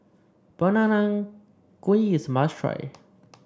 Peranakan Kueh is a must try